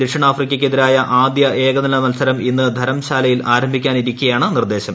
ദക്ഷിണാഫ്രിക്കയ്ക്കെതിരായ ആദ്യ ഏകദിന മത്സരം ഇന്ന് ധരംശാലയിൽ ആരംഭിക്കാനിരിക്കെയാണ് നിർദ്ദേശം